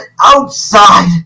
outside